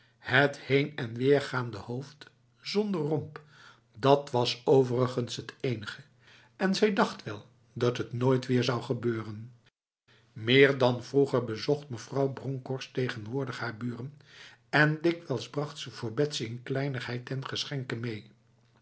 het heen en weer gaande hoofd zonder romp dat was overigens het enige en zij dacht wel dat het nooit weer zou gebeuren meer dan vroeger bezocht mevrouw bronkhorst tegenwoordig haar buren en dikwijls bracht ze voor betsy een kleinigheid ten geschenke mee